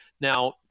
Now